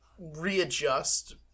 readjust